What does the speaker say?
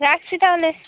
রাখছি তাহলে